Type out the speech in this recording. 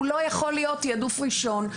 הוא לא יכול להיות תיעדוף ראשון,